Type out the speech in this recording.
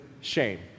Shame